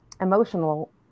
emotional